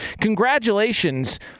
Congratulations